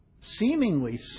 seemingly